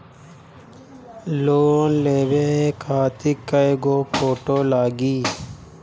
Loan लेवे खातिर कै गो फोटो लागी?